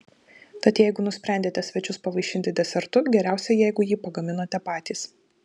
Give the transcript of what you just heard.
tad jeigu nusprendėte svečius pavaišinti desertu geriausia jeigu jį pagaminote patys